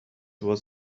was